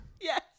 yes